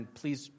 please